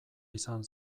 izan